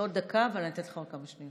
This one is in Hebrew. לא עוד דקה, אבל אני נותנת לך עוד כמה שניות.